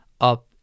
up